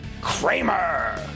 Kramer